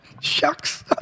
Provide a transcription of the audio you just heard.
shucks